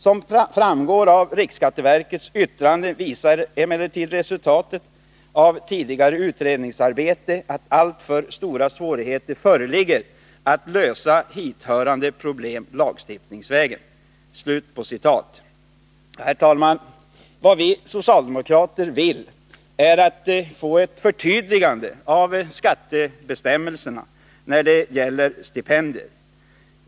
Som framgår av riksskatteverkets yttrande visar emellertid resultatet av tidigare utredningsarbete att alltför stora svårigheter föreligger att lösa hithörande problem lagstiftningsvägen.” Herr talman! Vad vi socialdemokrater vill är att få ett förtydligande av skattebestämmelserna när det gäller stipendier.